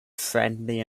friendly